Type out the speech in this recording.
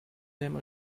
them